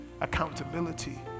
accountability